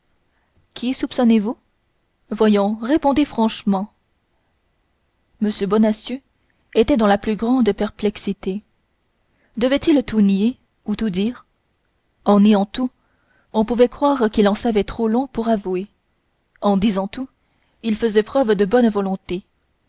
qui soupçonnez vous voyons répondez franchement m bonacieux était dans la plus grande perplexité devait-il tout nier ou tout dire en niant tout on pouvait croire qu'il en savait trop long pour avouer en disant tout il faisait preuve de bonne volonté